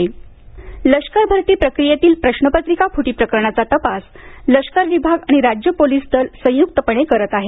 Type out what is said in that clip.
paper फटी लष्कर भरती प्रक्रियेतील प्रश्रपत्रिका फुटी प्रकरणाचा तपास लष्कर विभाग आणि राज्य पोलीस दल संयुक्तपणे करत आहेत